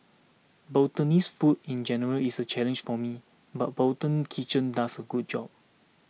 Bhutanese food in general is a challenge for me but Bhutan Kitchen does a good job